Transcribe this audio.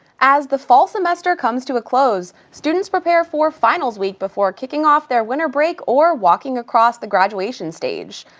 as the fall semester comes to a close, students prepare for finals week before kicking off their winter break, or walking across the graduation stage.